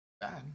Bad